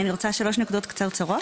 אני רוצה שלוש נקודות קצרצרות.